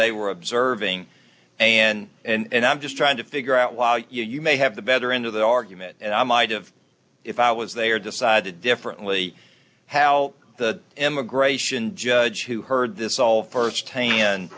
they were observing and and i'm just trying to figure out while you may have the better end of the argument and i might have if i was they are decided differently how the immigration judge who heard this all